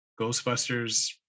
Ghostbusters